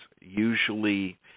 usually